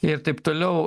ir taip toliau